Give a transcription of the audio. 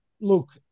look